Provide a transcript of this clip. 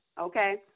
okay